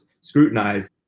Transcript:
scrutinized